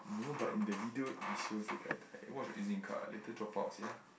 no but in the video it shows the guy died watch your Ez-link card later drop out sia